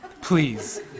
Please